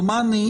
דומני,